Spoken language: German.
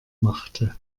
machte